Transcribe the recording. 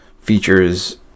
features